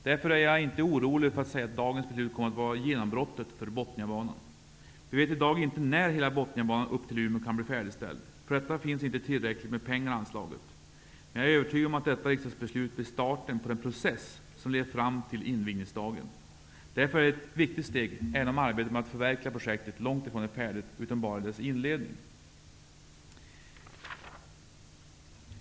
Därför är jag inte orolig för att säga att dagens beslut kommer att vara genombrottet för Botniabanan. Vi vet i dag inte när hela Botniabanan upp till Umeå kan bli färdigställd. För detta finns inte tillräckligt med pengar anslagna. Men jag är övertygad om att detta riksdagsbeslut kommer att bli starten på den process som skall leda fram till invigningsdagen. Därför är detta ett viktigt steg, även om arbetet med att förverkliga projektet långt ifrån är färdigt utan bara är i sin inledning.